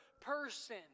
person